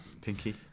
Pinky